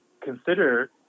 consider